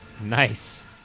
Nice